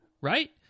right